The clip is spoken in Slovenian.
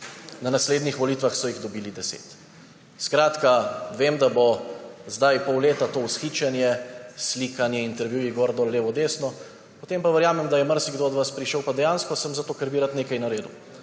na naslednjih volitvah so jih dobili 10. Skratka, vem, da bo zdaj pol leta to vzhičenje, slikanje, intervjuji, gor, dol, levo, desno, potem pa verjamem, da je dejansko marsikdo od vas prišel sem, zato ker bi rad nekaj naredil,